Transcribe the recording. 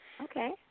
Okay